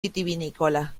vitivinícola